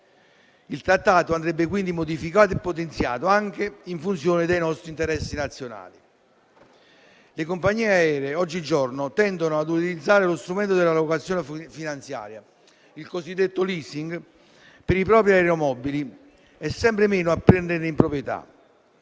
Il Trattato andrebbe quindi modificato e potenziato anche in funzione dei nostri interessi nazionali. Le compagnie aeree oggigiorno tendono ad utilizzare lo strumento della locazione finanziaria, il cosiddetto *leasing*, per i propri aeromobili e sempre meno a prenderli in proprietà.